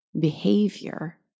behavior